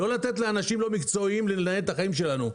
לא לתת לאנשים לא מקצועיים לנהל את החיים שלנו.